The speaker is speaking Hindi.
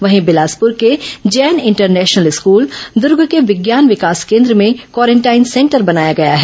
वहीं बिलासपुर के जैन इंटरनेशनल स्कूल दर्ग के विज्ञान विकास केन्द्र में क्वारेंटाइन सेंटर बनाया गया है